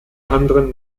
anderen